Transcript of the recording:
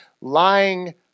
lying